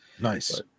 Nice